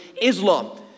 Islam